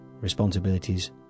responsibilities